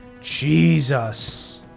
Jesus